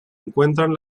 encuentran